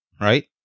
right